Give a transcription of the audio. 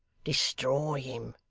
destroy him.